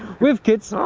we have kids!